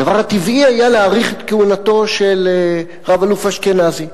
הדבר הטבעי היה להאריך את כהונתו של רב-אלוף אשכנזי.